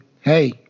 hey